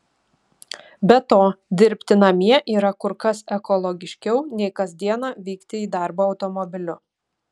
be to dirbti namie yra kur kas ekologiškiau nei kas dieną vykti į darbą automobiliu